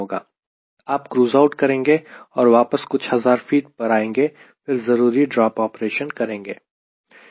आप cruise out करेंगे और वापस कुछ हजार फीट पर आएंगे फिर जरूरी ड्रॉप ऑपरेशन करेंगे